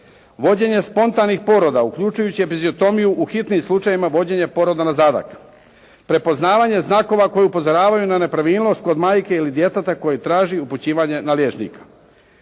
Vođenje spontanih poroda uključujući ebiziotomiju u hitnim slučajevima vođenja poroda na zadak. Prepoznavanja znakova koji upozoravaju na nepravilnost kod majke ili djeteta koji traži upućivanje na liječnika.